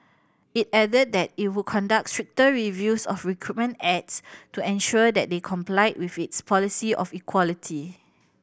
it added that it would conduct stricter reviews of recruitment ads to ensure they complied with its policy of equality